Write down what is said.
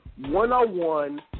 one-on-one